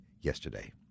yesterday